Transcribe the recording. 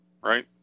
Right